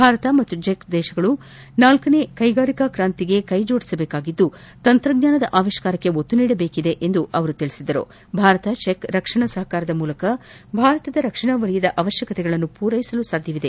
ಭಾರತ ಮತ್ತು ಚೆಕ್ ದೇಶಗಳು ನಾಲ್ಕನೇ ಕೈಗಾರಿಕಾ ಕ್ರಾಂತಿಗೆ ಕೈ ಜೋಡಿಸಬೇಕಾಗಿದ್ದು ತಂತ್ರಜ್ಞಾನದ ಅವಿಷ್ಕಾರಕ್ಕೆ ಒತ್ತು ನೀಡಬೇಕಿದೆ ಎಂದು ಹೇಳಿದ ರಾಷ್ಷಪತಿ ಭಾರತ ಚೆಕ್ ರಕ್ಷಣಾ ಸಹಕಾರದ ಮೂಲಕ ಭಾರತದ ರಕ್ಷಣಾ ವಲಯದ ಅವಶ್ಯಕತೆಗಳನ್ನು ಪೂರೈಸಲು ಸಾಧ್ತವಿದೆ